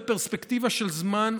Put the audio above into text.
בפרספקטיבה של זמן,